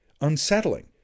unsettling